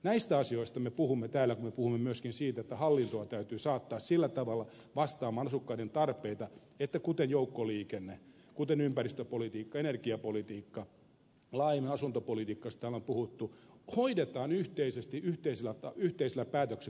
näistä asioista me puhumme täällä kun me puhumme siitä että hallintoa täytyy saattaa sillä tavalla vastaamaan asukkaiden tarpeita että joukkoliikenne ympäristöpolitiikka energiapolitiikka asuntopolitiikka josta täällä on puhuttu hoidetaan yhteisesti yhteisellä päätöksentekotasolla